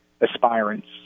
aspirants